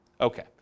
okay